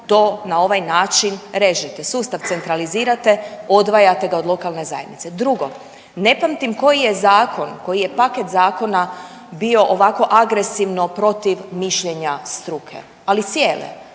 to na ovaj način režete, sustav centralizirate, odvajate ga od lokalne zajednice. Drugo, ne pamtim koji je zakon, koji je paket zakona bio ovako agresivno protiv mišljenja struke, ali cijele,